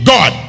God